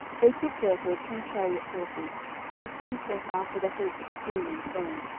they took therefore two chariot horses and the king sent after the host of the syrians, saying,